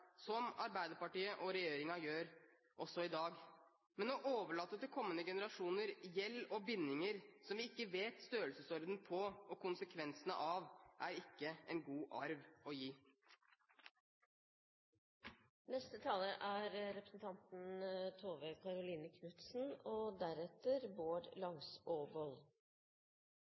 som Arbeiderpartiet og regjeringen gjør også i dag. Men å overlate til kommende generasjoner gjeld og bindinger som vi ikke vet størrelsesordenen på og konsekvensene av, er ikke en god arv å gi.